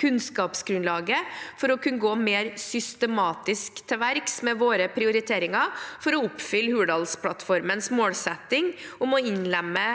kunnskapsgrunnlaget for å kunne gå mer systematisk til verks med våre prioriteringer for å oppfylle Hurdalsplattformens målsetting om å innlemme